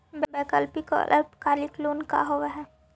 वैकल्पिक और अल्पकालिक लोन का होव हइ?